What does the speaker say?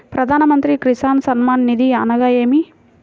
ప్రధాన మంత్రి కిసాన్ సన్మాన్ నిధి అనగా ఏమి?